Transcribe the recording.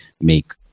make